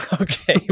Okay